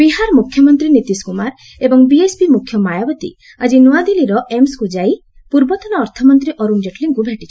ଜେଟ୍ଲୀ ଏମ୍ସ୍ ବିହାର ମୁଖ୍ୟମନ୍ତ୍ରୀ ନୀତିଶ୍ କୁମାର ଏବଂ ବିଏସ୍ପି ମୁଖ୍ୟ ମାୟାବତୀ ଆକି ନୂଆଦିଲ୍ଲୀର ଏମ୍ସ୍କୁ ଯାଇ ପୂର୍ବତନ ଅର୍ଥମନ୍ତ୍ରୀ ଅରୁଣ ଜେଟ୍ଲୀଙ୍କୁ ଭେଟିଛନ୍ତି